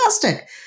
fantastic